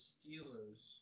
Steelers